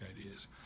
ideas